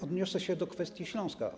Odniosę się do kwestii Śląska.